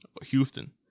houston